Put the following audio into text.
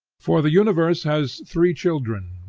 for the universe has three children,